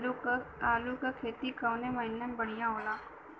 आलू क खेती कवने महीना में बढ़ियां होला?